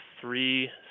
three